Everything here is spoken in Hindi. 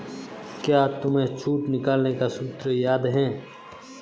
क्या तुम्हें छूट निकालने का सूत्र याद है?